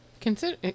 Consider